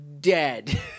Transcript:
dead